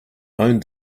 own